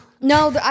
no